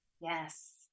yes